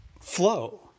flow